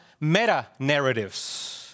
meta-narratives